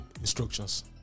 instructions